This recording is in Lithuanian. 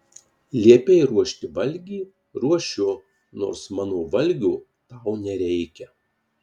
liepei ruošti valgį ruošiu nors mano valgio tau nereikia